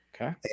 Okay